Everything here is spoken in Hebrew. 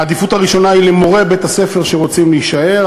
העדיפות הראשונה היא למורי בית-הספר שרוצים להישאר,